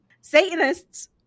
Satanists